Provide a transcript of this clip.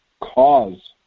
cause